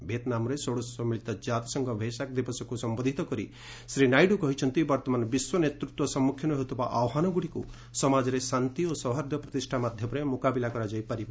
ଭିଏତ୍ନାମ୍ରେ ଷୋଡ଼ଶ ମିଳିତ ଜାତିସଂଘ ଭେଷାକ ଦିବସକୁ ସମ୍ଭୋଧିତ କରି ଶ୍ରୀ ନାଇଡୁ କହିଛନ୍ତି ବର୍ଭମାନ ବିଶ୍ୱ ନେତୃତ୍ୱ ସମ୍ମୁଖୀନ ହେଉଥିବା ଆହ୍ୱାନଗୁଡ଼ିକୁ ସମାଜରେ ଶାନ୍ତି ଓ ସୌହାର୍ଦ୍ଧ୍ୟ ପ୍ରତିଷ୍ଠା ମାଧ୍ୟମରେ ମୁକାବିଲା କରାଯାଇପାରିବ